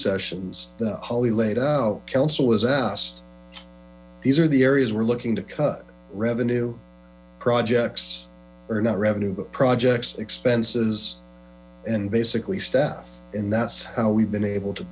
sessions that holly laid out counsel was asked these are the areas we're looking to cut revenue projects or not revenue but projects expenses and basically staff and that's how we've been able to